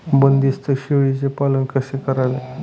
बंदिस्त शेळीचे पालन कसे करावे?